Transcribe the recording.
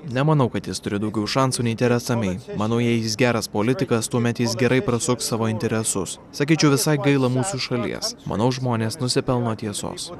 nemanau kad jis turi daugiau šansų nei teresa mei manau jei jis geras politikas tuomet jis gerai prasuks savo interesus sakyčiau visai gaila mūsų šalies manau žmonės nusipelno tiesos